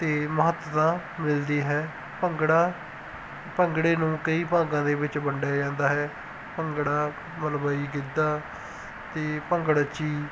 'ਤੇ ਮਹੱਤਤਾ ਮਿਲਦੀ ਹੈ ਭੰਗੜਾ ਭੰਗੜੇ ਨੂੰ ਕਈ ਭਾਗਾਂ ਦੇ ਵਿੱਚ ਵੰਡਿਆ ਜਾਂਦਾ ਹੈ ਭੰਗੜਾ ਮਲਵਈ ਗਿੱਧਾ ਅਤੇ ਭੰਗੜਚੀ